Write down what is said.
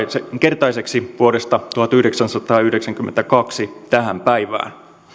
kertaiseksi vuodesta tuhatyhdeksänsataayhdeksänkymmentäkaksi tähän päivään